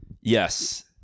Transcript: Yes